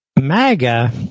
MAGA